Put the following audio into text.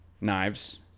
knives